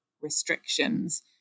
restrictions